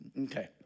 Okay